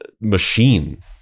machine